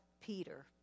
Peter